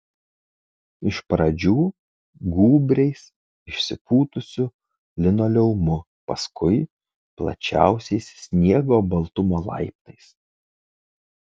iš pradžių gūbriais išsipūtusiu linoleumu paskui plačiausiais sniego baltumo laiptais